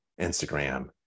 Instagram